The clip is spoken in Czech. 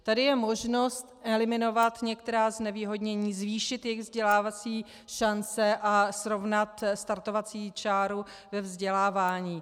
Tady je možnost eliminovat některá znevýhodnění, zvýšit jejich vzdělávací šance a srovnat startovací čáru ve vzdělávání.